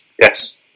yes